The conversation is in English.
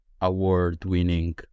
award-winning